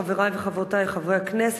חברי וחברותי חברי הכנסת,